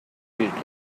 hielt